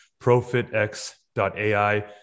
ProfitX.ai